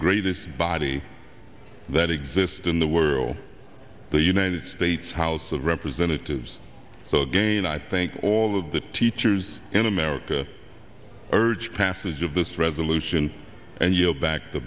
greatest body that exist in the world the united states house of representatives so again i think all of the teachers in america urge passage of this resolution and yield back the